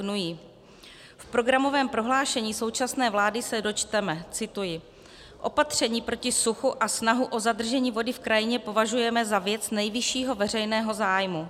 V programovém prohlášení současné vlády se dočteme cituji: Opatření proti suchu a snahu o zadržení vody v krajině považujeme za věc nejvyššího veřejného zájmu.